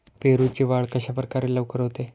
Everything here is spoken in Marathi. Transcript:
पेरूची वाढ कशाप्रकारे लवकर होते?